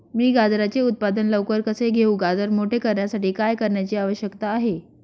मी गाजराचे उत्पादन लवकर कसे घेऊ? गाजर मोठे करण्यासाठी काय करण्याची आवश्यकता आहे?